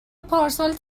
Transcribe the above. پارسال